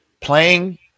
playing